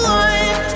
one